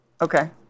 Okay